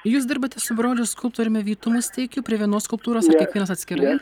jūs dirbate su broliu skulptoriumi vytu musteikiu prie vienos skulptūros ir kiekvienas atskirai